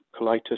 colitis